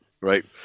Right